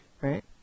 right